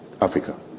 Africa